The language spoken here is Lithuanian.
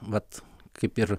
vat kaip ir